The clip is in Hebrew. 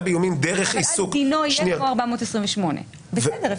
באיומים דרך עיסוק -- אבל אז דינו יהיה כמו 428. בסדר,